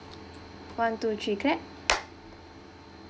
one two three clap